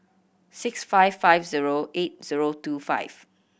six five five zero eight zero two five